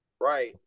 Right